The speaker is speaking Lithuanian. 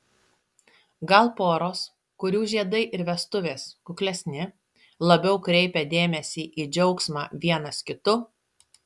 gal poros kurių žiedai ir vestuvės kuklesni labiau kreipia dėmesį į džiaugsmą vienas kitu